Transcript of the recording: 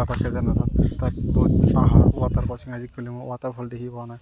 বাবা কেদাৰনাথৰ তাত বহুত পাহাৰ ৱাটাৰফল ফল্চ চিনাৰী দেখিলেও মই ৱাটাৰফল দেখি পোৱা নাই